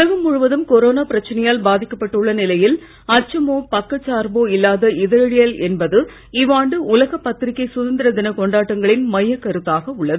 உலகம் முழுவதும் கொரோனா பிரச்சனையால் பாதிக்கப் பட்டுள்ள நிலையில் அச்சமோ பக்கச் சார்போ இல்லாத இதழியல் என்பது இவ்வாண்டு உலக பத்திரிக்கை சுதந்திர தின கொண்டாடங்களின் மையக் கருத்தாக உள்ளது